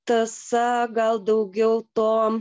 tąsa gal daugiau to